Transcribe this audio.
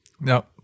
No